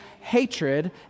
hatred